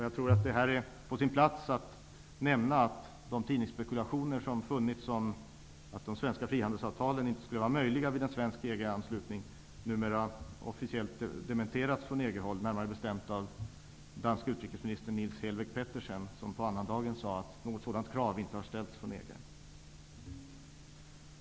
Jag tror att det är på sin plats att nämna att de tidningsspekulationer som funnits om att de svenska frihandelsavtalen inte skulle vara möjliga vid en svensk EG-anslutning numera officiellt dementerats från EG-håll, närmare bestämt av den danske utrikesministern Niels Helveg Petersen som på annandagen sade att något sådant krav inte rests från EG.